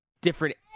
different